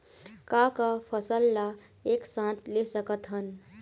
का का फसल ला एक साथ ले सकत हन?